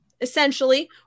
essentially